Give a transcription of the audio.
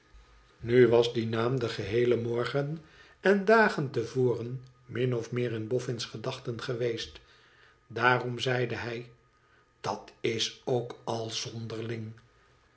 nu was die naam den geheelen morgen en dagen te voren min of meer in boffin's gedachten geweest daarom zeide hij dat is ook al